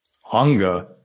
Hunger